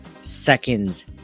seconds